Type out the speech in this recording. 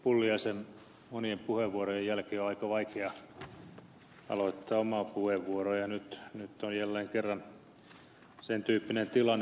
pulliaisen monien puheenvuorojen jälkeen on aika vaikea aloittaa omaa puheenvuoroa ja nyt on jälleen kerran sen tyyppinen tilanne